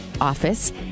office